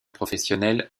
professionnel